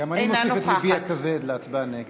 גם אני מוסיף את לבי הכבד להצבעה נגד.